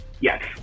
Yes